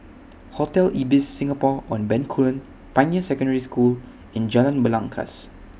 Hotel Ibis Singapore on Bencoolen Pioneer Secondary School and Jalan Belangkas